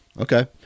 Okay